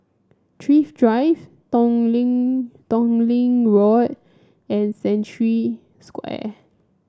Thrift Drive Tong Lee Tong Lee Road and Century Square